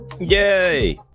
Yay